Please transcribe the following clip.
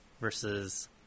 versus